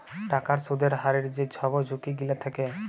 টাকার সুদের হারের যে ছব ঝুঁকি গিলা থ্যাকে